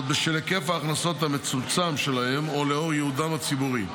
בשל היקף ההכנסות המצומצם שלהם או לאור ייעודן הציבורי,